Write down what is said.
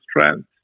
strength